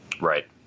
Right